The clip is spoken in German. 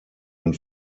den